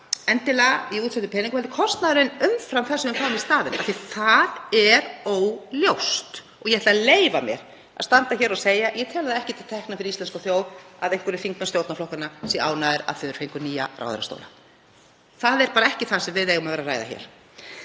endilega í útsettum peningum heldur kostnaðurinn umfram það sem við fáum í staðinn af því að það er óljóst. Ég ætla að leyfa mér að standa hér og segja að ég tel það ekki til tekna fyrir íslenska þjóð að einhverjir þingmenn stjórnarflokkanna séu ánægðir af því að þeir fengu nýja ráðherrastóla. Það er bara ekki það sem við eigum að vera að ræða hér.